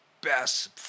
best